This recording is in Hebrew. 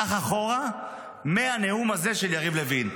קח אחורה מהנאום הזה של יריב לוין.